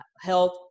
health